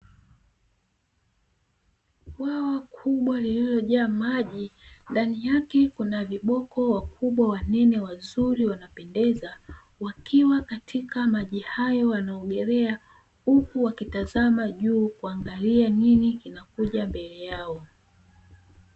Bwawa kubwa lililojaa maji ndani yake kuna viboko wakubwa wanene wazuri wanapendeza, wakiwa katika maji hayo wanaogelea huku wakitazama juu kuangalia nini kinakuja mbele yao.